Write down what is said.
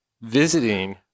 visiting